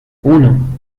uno